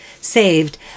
saved